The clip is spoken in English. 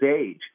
age